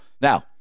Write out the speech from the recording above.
Now